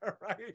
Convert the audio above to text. right